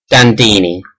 Dandini